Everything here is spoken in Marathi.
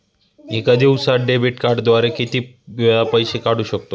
एका दिवसांत डेबिट कार्डद्वारे किती वेळा पैसे काढू शकतो?